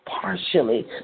partially